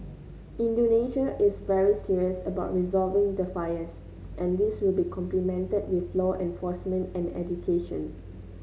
Indonesia is very serious about resolving the fires and this will be complemented with law enforcement and education